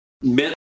meant